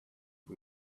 who